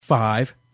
Five